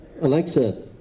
Alexa